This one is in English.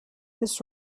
this